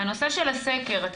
אני